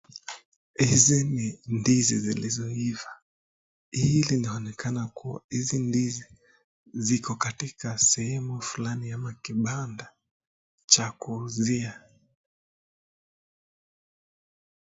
Hizi ni ndizi zilizoiva, hili linaoneka kuwa hizi ndizi ziko katika sehemu fulani ama kibanda cha kuuzia.